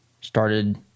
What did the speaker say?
started